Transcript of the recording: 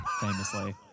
famously